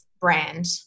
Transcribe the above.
brand